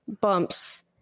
bumps